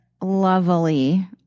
lovely